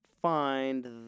Find